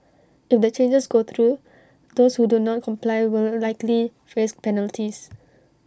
if the changes go through those who do not comply will likely face penalties